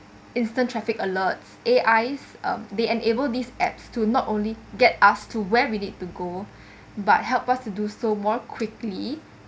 instant traffic alerts A_I they enable these apps to not only get asked to where we need to go but helps us to do so more quickly